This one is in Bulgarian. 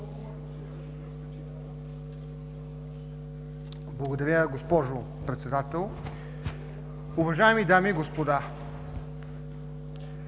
Благодаря, госпожо Председател. Уважаеми дами и господа,